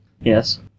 Yes